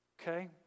Okay